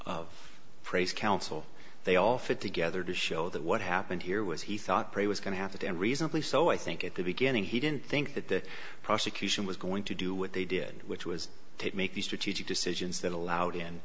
of praise counsel they all fit together to show that what happened here was he thought was going to have to end reasonably so i think at the beginning he didn't think that the prosecution was going to do what they did which was to make the strategic decisions that allowed in